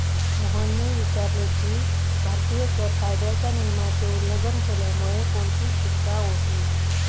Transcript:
मोहनने विचारले की, भारतीय कर कायद्याच्या नियमाचे उल्लंघन केल्यामुळे कोणती शिक्षा होते?